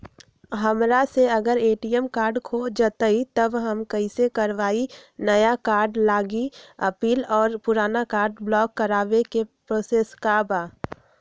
हमरा से अगर ए.टी.एम कार्ड खो जतई तब हम कईसे करवाई नया कार्ड लागी अपील और पुराना कार्ड ब्लॉक करावे के प्रोसेस का बा?